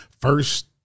first